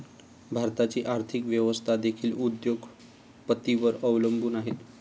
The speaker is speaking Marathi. भारताची आर्थिक व्यवस्था देखील उद्योग पतींवर अवलंबून आहे